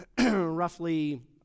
roughly